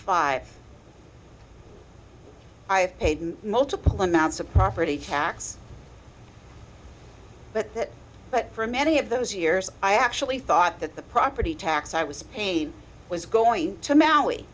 five i have multiplan mounts a property tax but that but for many of those years i actually thought that the property tax i was paid was going to maui